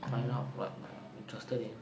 find out what I'm interested in